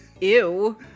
Ew